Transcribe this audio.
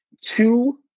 two